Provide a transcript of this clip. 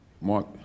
Mark